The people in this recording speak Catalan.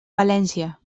valència